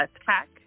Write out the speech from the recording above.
attack